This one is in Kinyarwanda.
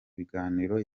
biganiro